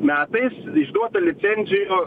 metais išduota licenzijų